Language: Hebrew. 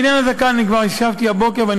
בעניין הזקן אני כבר השבתי הבוקר,